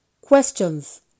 Questions